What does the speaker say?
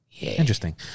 Interesting